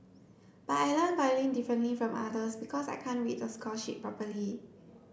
but I learn violin differently from others because I can't read the score sheet properly